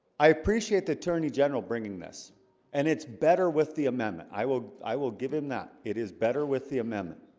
i appreciate the attorney general bringing this and it's better with the amendment. i will i will give him that it is better with the amendment